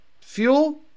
fuel